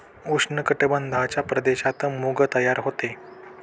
उष्ण कटिबंधाच्या प्रदेशात मूग तयार होते